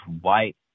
white